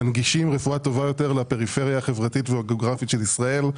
מנגישים רפואה טובה יותר לפריפריה החברתית והגיאוגרפית של ישראל,